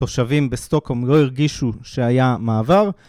תושבים בשטוקהולם לא הרגישו שהיה מעבר.